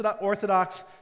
Orthodox